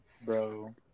Bro